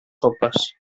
sopes